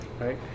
right